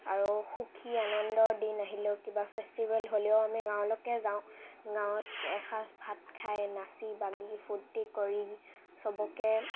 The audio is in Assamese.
আৰু সুখী আনন্দৰ দিন আহিলেও কিবা ফেষ্টিভেল হ'লেও আমি গাঁৱলৈকে যাওঁ গাৱঁত এসাঁজ ভাত খাই নাচি বাগি ফূৰ্তি কৰি চবকে